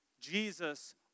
Jesus